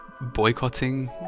boycotting